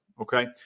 Okay